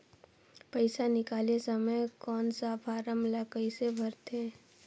पइसा निकाले समय कौन सा फारम ला कइसे भरते?